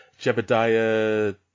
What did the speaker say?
Jebediah